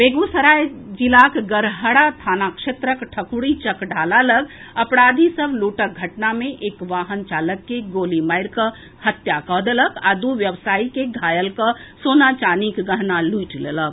बेगूसराय जिलाक गढ़हरा थाना क्षेत्रक ठकुरीचक ढ़ाला लग अपराधी सभ लूटक घटना मे एक वाहन चालक के गोली मारिकऽ हत्या कऽ देलक आ दू व्यवसायी कॅ घायल कऽ सोना चांदीक गहना लूटि लेलक